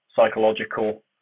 psychological